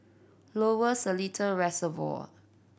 Lower Seletar Reservoir